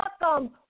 welcome